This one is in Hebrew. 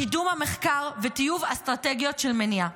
קידום המחקר וטיוב אסטרטגיות של מניעה.